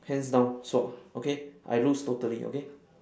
hands down sua okay I lose totally okay